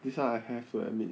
this one I have to admit